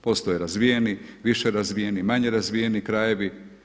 Postoje razvijeni, više razvijeni, manje razvijeni krajevi.